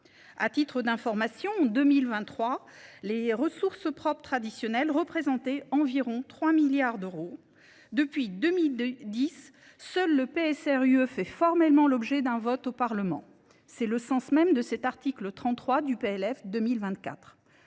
À titre d’information, les ressources propres traditionnelles représentaient en 2023 environ 3 milliards d’euros. Depuis 2010, seul le PSR fait formellement l’objet d’un vote du Parlement. C’est le sens même de cet article 33 du PLF 2024.